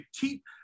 keep